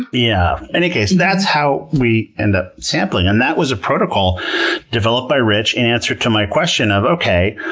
yeah. in any case, that's how we ended up sampling. and that was a protocol developed by rich in answer to my question of okay,